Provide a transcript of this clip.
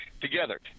together